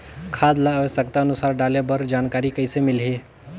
खाद ल आवश्यकता अनुसार डाले बर जानकारी कइसे मिलही?